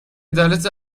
عدالت